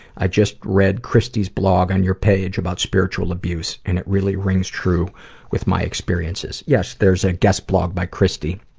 i just read christie's blog on your page about spiritual abuse and it really rings true with my experiences. yes, there's a guest blog by christie,